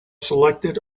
selected